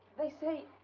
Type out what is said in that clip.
they say.